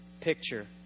picture